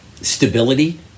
stability